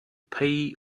pay